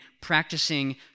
practicing